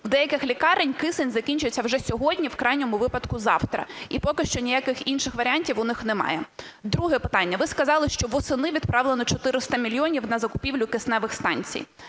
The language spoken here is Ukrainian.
в деяких лікарнях кисень закінчиться вже сьогодні, в крайньому випадку завтра, і поки що ніяких інших варіантів у них немає. Друге питання. Ви сказали, що восени відправлено 400 мільйонів на закупівлю кисневих станцій.